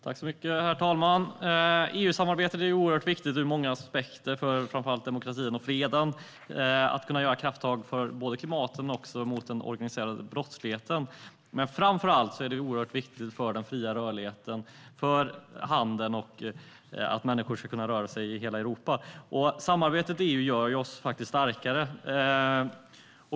Herr talman! EU-samarbetet är oerhört viktigt ur många aspekter för demokratin och freden och för att kunna ta krafttag för klimatet och mot den organiserade brottsligheten. Framför allt är det viktigt för den fria rörligheten, för handeln och för att människor ska kunna röra sig i hela Europa. Samarbetet i Europa gör oss starkare.